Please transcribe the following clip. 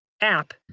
app